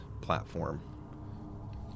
platform